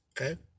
okay